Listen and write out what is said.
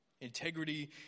Integrity